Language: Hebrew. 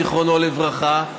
זיכרונו לברכה,